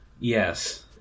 Yes